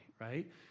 right